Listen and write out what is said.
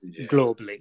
globally